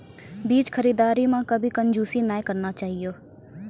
बीज खरीददारी मॅ कभी कंजूसी नाय करना चाहियो